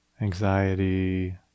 anxiety